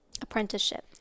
Apprenticeship